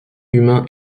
humain